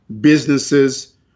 businesses